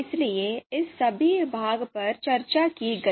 इसलिए इस सभी भाग पर चर्चा की गई